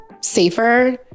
safer